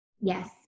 Yes